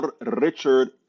Richard